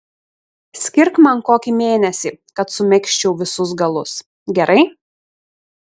skirk man kokį mėnesį kad sumegzčiau visus galus gerai